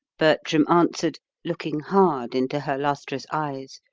bertram answered, looking hard into her lustrous eyes,